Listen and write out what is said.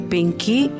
Pinky